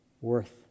worth